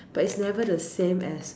but it's never the same as